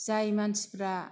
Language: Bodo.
जाय मानसिफोरा